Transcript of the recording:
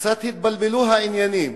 קצת התבלבלו העניינים,